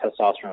testosterone